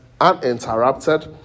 uninterrupted